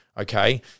okay